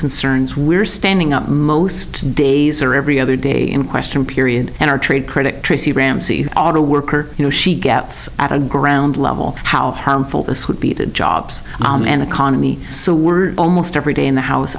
concerns we're standing up most days or every other day in question period in our trade critic tracy ramsey auto worker you know she gets at a ground level how harmful this would be to jobs and economy so we're almost every day in the house